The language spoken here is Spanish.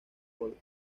gol